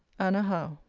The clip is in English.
anna howe.